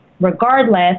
regardless